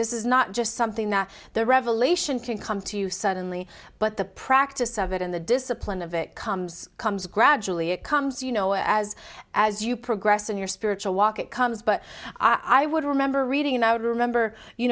this is not just something that the revelation can come to you suddenly but the practice of it in the discipline of it comes comes gradually it comes you know as as you progress in your spiritual walk it comes but i would remember reading and i would remember you